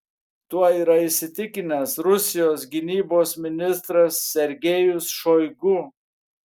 tuo yra įsitikinęs rusijos gynybos ministras sergejus šoigu